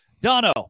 Dono